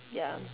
ya